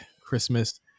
christmas